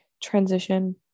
transition